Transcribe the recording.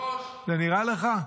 זה נראה לך?